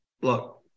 Look